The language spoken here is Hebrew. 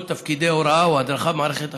בתפקידי הוראה או הדרכה במערכת החינוך,